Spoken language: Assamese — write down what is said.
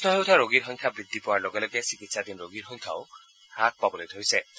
সুস্থ হৈ উঠা ৰোগীৰ সংখ্যা বৃদ্ধি পোৱাৰ লগে লগে চিকিৎসাধীন ৰোগীৰ সংখ্যা হাস পাবলৈ ধৰিছে